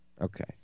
Okay